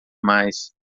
mais